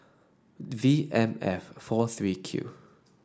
V M F four three Q